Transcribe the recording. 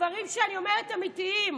הדברים שאני אומרת אמיתיים.